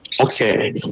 Okay